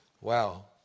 Wow